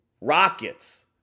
Rockets